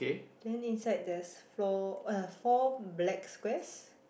then inside there's four uh four black squares